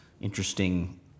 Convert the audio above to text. interesting